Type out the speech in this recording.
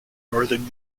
northern